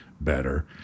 better